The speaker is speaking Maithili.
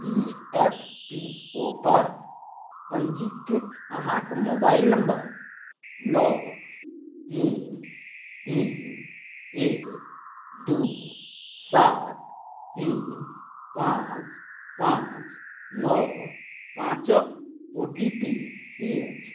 ई एफ पी ओ पर पञ्जीकृत अहाँक मोबाइल नम्बर नओ तीन तीन एक दू सात तीन पाँच पाँच नओ पाँचक ओ टी पी ई अछि